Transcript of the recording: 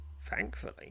thankfully